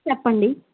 చెప్పండి